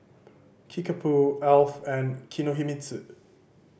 Kickapoo Alf and Kinohimitsu